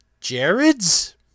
Jared's